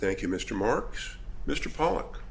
thank you mr marks mr pollack